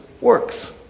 works